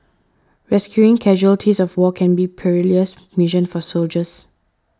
rescuing casualties of war can be a perilous mission for soldiers